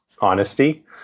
honesty